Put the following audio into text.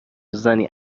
زنی